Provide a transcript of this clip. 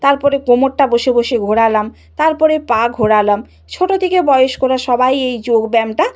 তারপরে কোমরটা বসে বসে ঘোরালাম তারপরে পা ঘোরালাম ছোট থেকে বয়স্করা সবাই এই যোগব্যায়ামটা